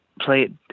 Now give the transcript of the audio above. play